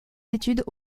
études